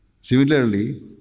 Similarly